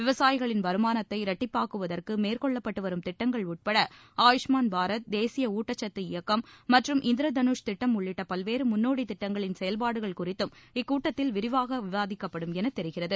விவசாயிகளின் வருமானத்தை இரட்டிப்பாக்குவதற்கு மேற்கொள்ளப்பட்டு வரும் திட்டங்கள் உள்பட ஆயுஷ்மான் பாரத் தேசிய ஊட்டச்சத்து இயக்கம் மற்றும் இந்திர தனுஷ் திட்டம் உள்ளிட்ட பல்வேறு முன்னோடி திட்டங்களின் செயல்பாடுகள் குறித்தும் இக்கூட்டத்தில் விரிவாக விவாதிக்கப்படும் எனத் தெரிகிறது